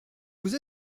vous